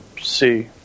see